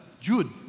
Jude